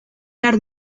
behar